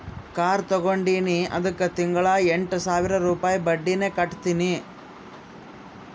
car ತಗೊಂಡಿನಿ ಅದ್ದುಕ್ ತಿಂಗಳಾ ಎಂಟ್ ಸಾವಿರ ರುಪಾಯಿ ಬಡ್ಡಿನೆ ಕಟ್ಟತಿನಿ